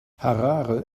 harare